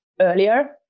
earlier